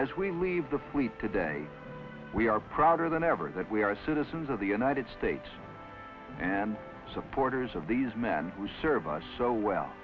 as we leave the fleet today we are prouder than ever that we are citizens of the united states and supporters of these men who serve us so well